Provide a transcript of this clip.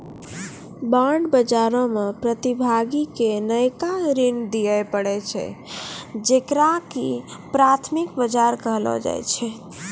bond बजारो मे प्रतिभागी के नयका ऋण दिये पड़ै छै जेकरा की प्राथमिक बजार कहलो जाय छै